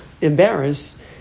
embarrass